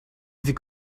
wie